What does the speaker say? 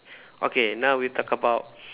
okay now we talk about